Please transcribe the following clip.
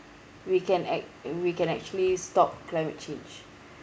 we can ac~ we can actually stop climate change